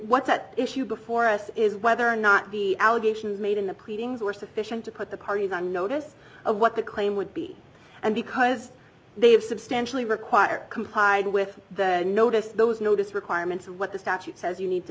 what's at issue before us is whether or not b allegations made in the pleadings were sufficient to put the parties on notice of what the claim would be and because they have substantially required complied with the notice those notice requirements of what the statute says you need to